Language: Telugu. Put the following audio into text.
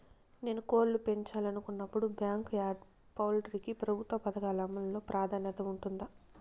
నేను కోళ్ళు పెంచాలనుకున్నపుడు, బ్యాంకు యార్డ్ పౌల్ట్రీ కి ప్రభుత్వ పథకాల అమలు లో ప్రాధాన్యత ఉంటుందా?